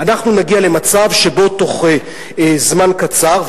אנחנו נגיע למצב שבתוך זמן קצר,